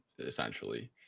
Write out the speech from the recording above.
essentially